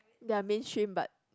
they're mainstream but